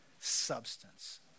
substance